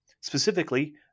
specifically